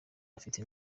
bafite